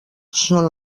són